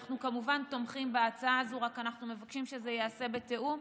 אנחנו כמובן תומכים בהצעה הזאת רק אנחנו מבקשים שזה ייעשה בתיאום,